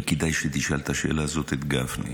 וכדאי שתשאל את השאלה הזאת את גפני.